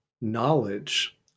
knowledge